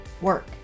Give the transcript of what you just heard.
work